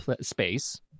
space—